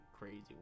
crazy